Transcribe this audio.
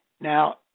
Now